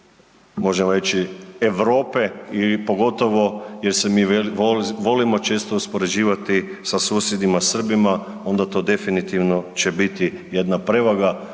možemo reći Europe ili pogotovo gdje se volimo često uspoređivati sa susjedima Srbima, onda to definitivno će biti jedna prevaga